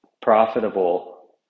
profitable